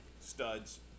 studs